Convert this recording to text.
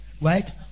right